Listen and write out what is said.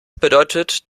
bedeutet